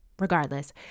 Regardless